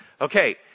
Okay